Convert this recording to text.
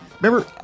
Remember